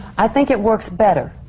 i think it works better.